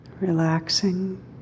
Relaxing